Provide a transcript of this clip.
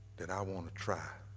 that i wanna try